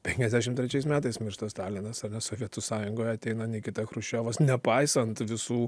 penkiasdešim trečiais metais miršta stalinas sovietų sąjungoje ateina nikita chruščiovas nepaisant visų